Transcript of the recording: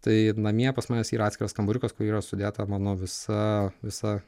tai namie pas mane s yra atskiras kambariukas kur yra sudėta mano visa visa